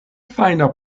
fajna